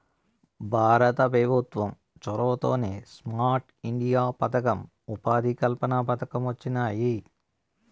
భారత పెభుత్వం చొరవతోనే స్మార్ట్ ఇండియా పదకం, ఉపాధి కల్పన పథకం వొచ్చినాయి